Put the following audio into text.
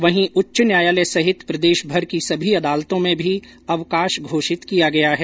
वहीं उच्च न्यायालय सहित प्रदेशभर की सभी अदालतों में भी अवकाश घोषित किया गया है